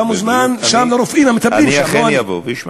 את תשכנעי את התנים ואת העכברים לעבור משם?